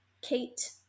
Kate